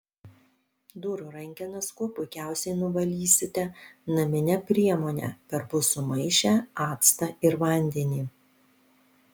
durų rankenas kuo puikiausiai nuvalysite namine priemone perpus sumaišę actą ir vandenį